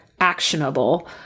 actionable